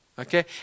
Okay